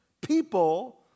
People